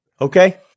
Okay